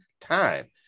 time